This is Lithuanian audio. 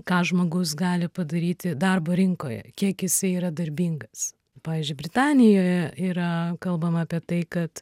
ką žmogus gali padaryti darbo rinkoje kiek jisai yra darbingas pavyzdžiui britanijoje yra kalbama apie tai kad